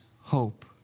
hope